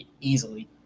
Easily